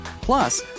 Plus